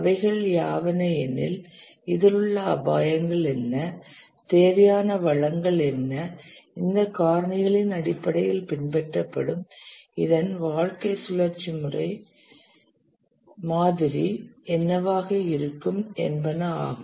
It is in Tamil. அவைகள் யாவன எனில் இதில் உள்ள அபாயங்கள் என்ன தேவையான வளங்கள் என்ன இந்த காரணிகளின் அடிப்படையில் பின்பற்றப்படும் இதன் வாழ்க்கை சுழற்சி மாதிரி என்னவாக இருக்கும் என்பன ஆகும்